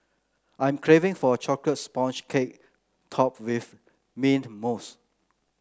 I'm craving for a chocolates sponge cake topped with mint mousse